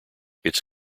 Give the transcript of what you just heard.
its